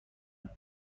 خورد